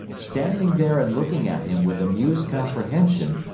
standing there and looking at him with amused comprehension,